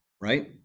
right